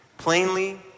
plainly